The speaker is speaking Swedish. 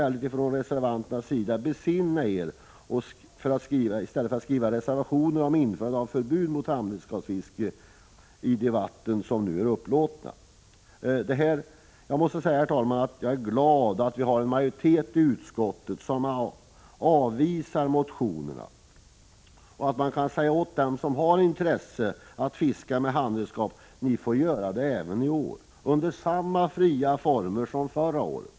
Borde ni inte besinna er i stället för att skriva reservationer om införande av förbud mot handredskapsfiske i de vatten som nu är upplåtna? Jag måste säga, herr talman, att jag är glad för att vi har en majoritet i utskottet som avvisar motionerna och för att man kan säga till dem som har 105 intresse av att fiska med handredskap: Ni får göra det även i år under samma fria former som förra året.